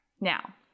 Now